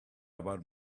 about